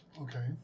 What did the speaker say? Okay